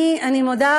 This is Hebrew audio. אני מודה,